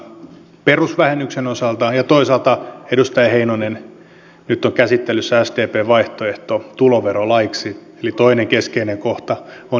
perusvähennyksen osalta ja toisaalta edustaja heinonen nyt on käsittelyssä sdpn vaihtoehto tuloverolaiksi eli toinen keskeinen kohta on eläketulovähennyksen muuttaminen